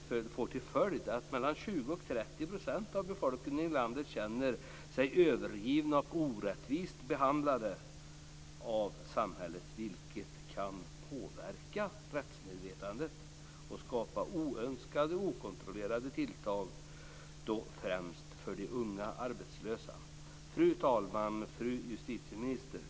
Detta får till följd att 20 30 % av befolkningen i landet känner sig övergiven och orättvist behandlad av samhället, vilket kan påverka rättsmedvetandet och skapa oönskade och okontrollerade tilltag, främst för de unga arbetslösa. Fru talman och fru justitieminister!